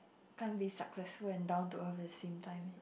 can't be successful and down to earth at the same time eh